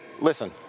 listen